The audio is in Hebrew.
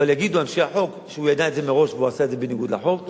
אבל יגידו אנשי החוק שהוא ידע את זה מראש והוא עשה את זה בניגוד לחוק.